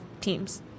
teams